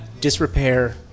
disrepair